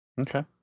okay